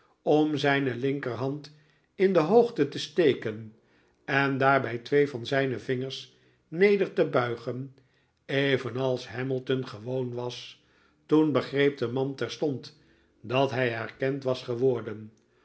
om zijne linkerhand in de hoogte testekenen daarbij twee van zijne vingers neder te buigen evenals hamilton gewoon was toen begreep de man terstond dat hij herkend was geworden